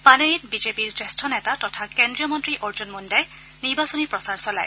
পানেৰীত বিজেপিৰ জ্যেষ্ঠ নেতা তথা কেন্দ্ৰীয় মন্ত্ৰী অৰ্জুন মুণ্ডাই নিৰ্বাচনী প্ৰচাৰ চলায়